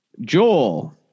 joel